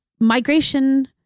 migration